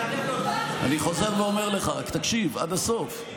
אני חוזר ואומר לך, רק תקשיב עד הסוף.